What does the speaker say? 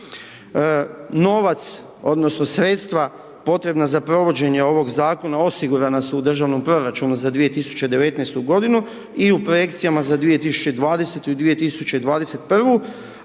Novac odnosno sredstva potrebna za provođenje ovog zakona, osigurana su u državnom proračunu za 2019.g. i u projekcijama za 2020. i 2021.,